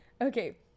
Okay